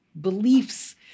beliefs